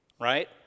right